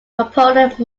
component